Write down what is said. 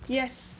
yes